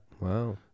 wow